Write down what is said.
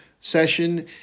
session